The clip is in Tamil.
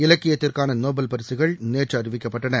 இலக்கியத்திற்கான நோபல் பரிசுகள் நேற்று அறிவிக்கப்பட்டன